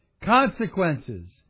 Consequences